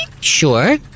Sure